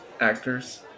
actors